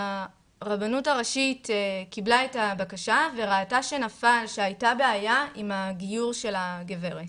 הרבנות הראשית קיבלה את הבקשה וראתה שהייתה בעיה עם הגיור של הגברת.